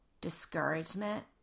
discouragement